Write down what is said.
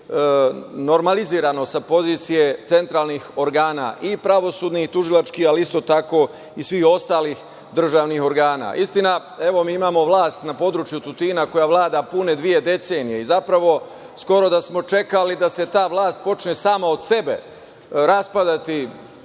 normalizirano sa pozicije centralnih organa i pravosudnih i tužilačkih, ali isto tako i svih ostalih državnih organa. Istina, evo mi imamo vlast na području Tutina, koja vlada pune dve decenije i zapravo skoro da smo čekali da se ta vlast počne sama od sebe raspadati,